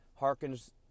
harkens